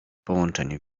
połączenie